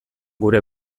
gure